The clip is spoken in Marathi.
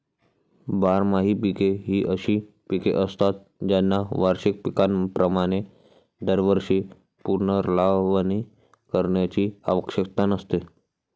बारमाही पिके ही अशी पिके असतात ज्यांना वार्षिक पिकांप्रमाणे दरवर्षी पुनर्लावणी करण्याची आवश्यकता नसते